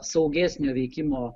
saugesnio veikimo